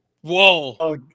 Whoa